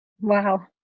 Wow